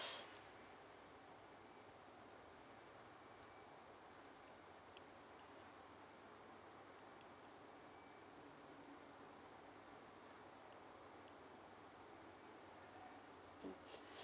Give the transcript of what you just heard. mm